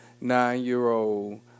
nine-year-old